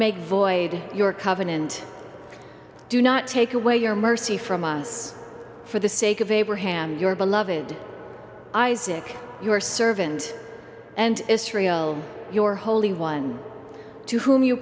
make void your covenant do not take away your mercy from us for the sake of abraham your beloved isaac your servant and israel your holy one to whom you